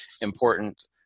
important